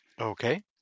Okay